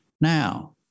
Now